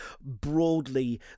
broadly